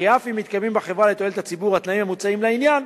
וכי אף אם מתקיימים בחברה לתועלת הציבור התנאים המוצעים לעניין,